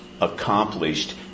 accomplished